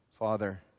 Father